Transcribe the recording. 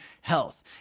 health